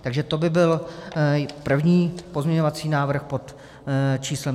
Takže to by byl první pozměňovací návrh pod číslem 3888.